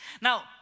Now